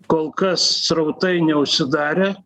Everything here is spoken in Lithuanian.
kol kas srautai neužsidarė